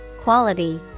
quality